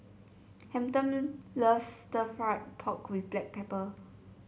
Hampton loves stir fry pork with Black Pepper